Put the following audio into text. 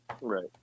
Right